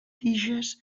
tiges